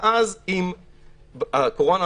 וכשהקורונה,